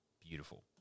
beautiful